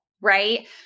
Right